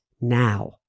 now